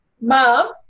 Mom